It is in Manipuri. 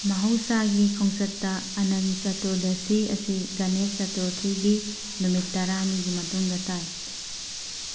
ꯃꯍꯧꯁꯥꯒꯤ ꯈꯣꯡꯆꯠꯇ ꯑꯅꯟ ꯆꯇꯨꯔꯗꯁꯤ ꯑꯁꯤ ꯒꯅꯦꯁ ꯆꯇꯨꯔꯊꯤꯒꯤ ꯅꯨꯃꯤꯠ ꯇꯔꯥꯅꯤꯒꯤ ꯃꯇꯨꯡꯗ ꯇꯥꯏ